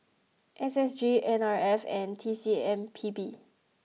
S S G N R F and T C M P B